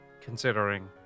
considering